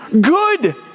Good